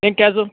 నేను